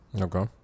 Okay